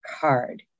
card